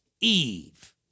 Eve